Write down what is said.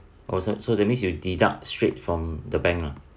oh so that means you deduct straight from the bank ah